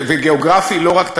וגיאוגרפי לא רק,